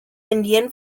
indian